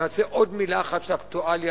אני רוצה עוד מלה אחת של אקטואליה,